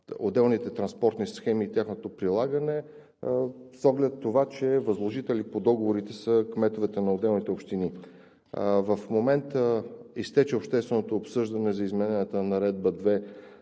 отделните транспортни схеми и тяхното прилагане, с оглед на това, че възложители по договорите са кметовете на отделните общини. В момента изтече общественото обсъждане за измененията на Наредба №